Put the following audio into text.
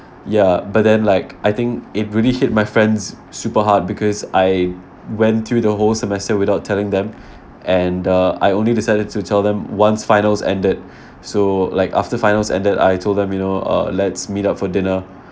ya but then like I think it really hit my friends super hard because I went through the whole semester without telling them and uh I only decided to tell them once finals ended so like after finals ended I told them you know uh you know let's meet up for dinner